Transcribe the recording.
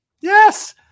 Yes